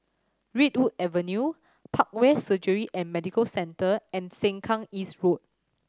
Redwood Avenue Parkway Surgery and Medical Centre and Sengkang East Road